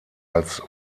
als